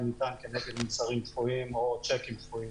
ניתן כנגד --- דחויים או שיקים דחויים.